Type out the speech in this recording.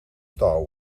star